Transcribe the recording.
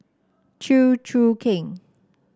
Chew Choo Keng